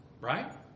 Right